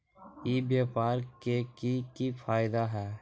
ई व्यापार के की की फायदा है?